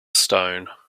stone